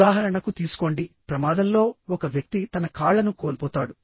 ఉదాహరణకు తీసుకోండి ప్రమాదంలో ఒక వ్యక్తి తన కాళ్ళను కోల్పోతాడు